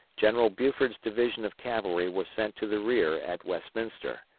general buford's division of cavalry was sent to the rear at westminster,